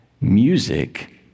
Music